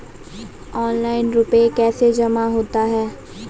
Online रुपये कैसे जमा होता हैं?